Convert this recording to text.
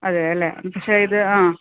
അതേ അല്ലേ പക്ഷേ ഇത് ആ